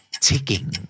ticking